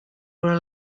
were